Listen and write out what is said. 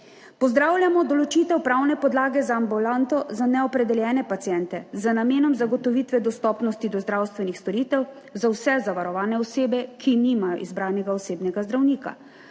Pozdravljamo določitev pravne podlage za ambulanto za neopredeljene paciente z namenom zagotovitve dostopnosti do zdravstvenih storitev za vse zavarovane osebe, ki nimajo izbranega osebnega zdravnika